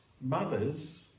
mothers